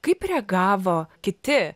kaip reagavo kiti